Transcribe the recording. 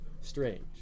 strange